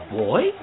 boy